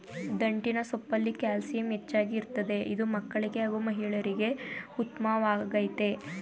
ದಂಟಿನ ಸೊಪ್ಪಲ್ಲಿ ಕ್ಯಾಲ್ಸಿಯಂ ಹೆಚ್ಚಾಗಿ ಇರ್ತದೆ ಇದು ಮಕ್ಕಳಿಗೆ ಹಾಗೂ ಮಹಿಳೆಯರಿಗೆ ಉತ್ಮವಾಗಯ್ತೆ